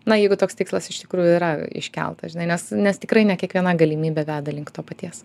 na jeigu toks tikslas iš tikrųjų yra iškelta žinai nes nes tikrai ne kiekviena galimybė veda link to paties